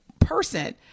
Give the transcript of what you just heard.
person